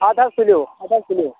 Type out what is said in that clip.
اَدٕ حظ تُلِو اَدٕ حظ تُلِو